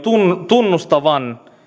tunnustavan